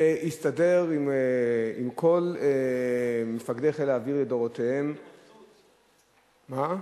והסתדר עם כל מפקדי חיל האוויר לדורותיהם, מה?